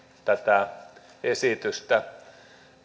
tätä esitystä